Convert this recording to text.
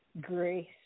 grace